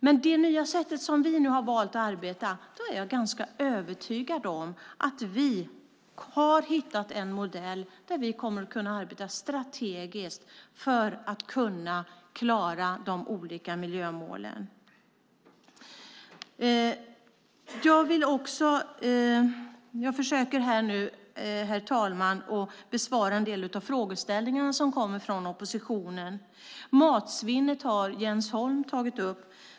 Med det nya sätt som vi nu har valt att arbeta på är jag ganska övertygad om att vi har hittat en modell där vi kommer att kunna arbeta strategiskt för att kunna klara de olika miljömålen. Jag ska nu försöka, herr talman, besvara en del av de frågeställningar som kommit från oppositionen. Matsvinnet tog Jens Holm upp.